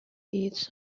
its